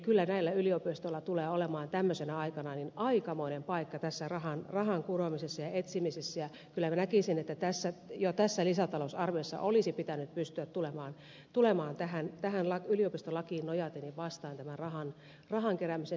kyllä näillä yliopistoilla tulee olemaan tämmöisenä aikana aikamoinen paikka tässä rahan kuromisessa ja etsimisessä ja kyllä minä näkisin että jo tässä lisätalousarviossa olisi pitänyt pystyä tulemaan tähän yliopistolakiin nojaten vastaan tämän rahan keräämisen suhteen